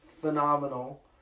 phenomenal